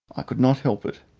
i could not help it,